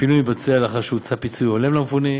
הפינוי מתבצע לאחר שהוצע פיצוי הולם למפונה.